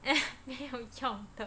没有用的